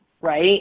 right